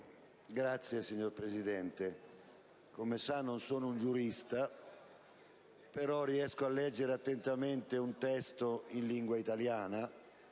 Signora Presidente, come sa, non sono un giurista, però riesco a leggere attentamente un testo in lingua italiana.